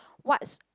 what's